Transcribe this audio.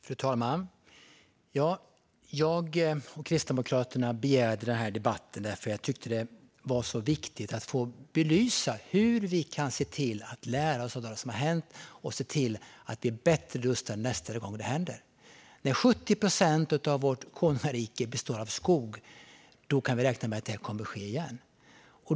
Fru talman! Jag och Kristdemokraterna begärde den här debatten då vi tyckte att det var viktigt att belysa hur vi kan lära av det som har hänt och se till att vi är bättre rustade nästa gång detta händer. Eftersom 70 procent av vårt konungarike består av skog kan vi räkna med att detta kommer att ske igen.